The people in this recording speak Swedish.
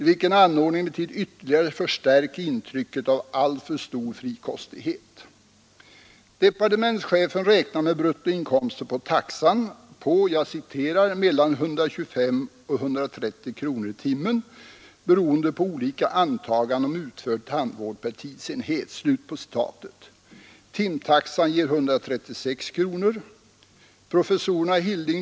Denna anordning förstärker emellertid ytterligare intrycket av alltför stor frikostighet.